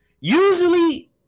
Usually